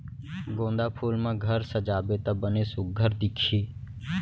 गोंदा फूल म घर सजाबे त बने सुग्घर दिखही